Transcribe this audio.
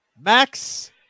Max